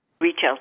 retail